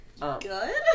Good